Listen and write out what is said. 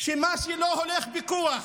שמה שלא הולך בכוח